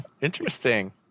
interesting